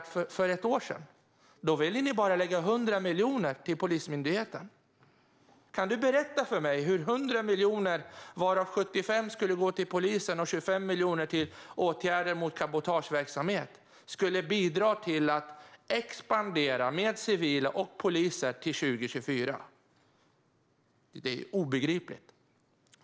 För ett år sedan ville ni lägga bara 100 miljoner till Polismyndigheten. Kan Elin Lundgren berätta för mig hur 100 miljoner, varav 75 miljoner skulle gå till polisen och 25 miljoner till åtgärder mot cabotageverksamhet, skulle bidra till att expandera med civila och poliser till 2024? Det är obegripligt.